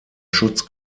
schutz